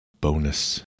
bonus